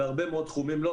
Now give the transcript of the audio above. בהרבה מאוד תחומים לא.